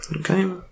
Okay